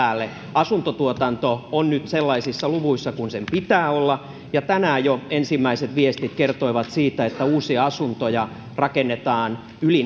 asuntotuotanto on nyt sellaisissa luvuissa kuin sen pitää olla tänään jo ensimmäiset viestit kertoivat siitä että uusia asuntoja rakennetaan yli